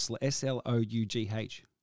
S-L-O-U-G-H